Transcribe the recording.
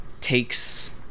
takes